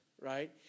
right